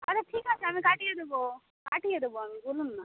আরে ঠিক আছে আমি কাটিয়ে দেবো কাটিয়ে দেবো আমি বলুন না